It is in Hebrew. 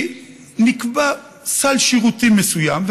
כי נקבע סל שירותים מסוים,